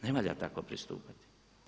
Ne valja tako pristupiti.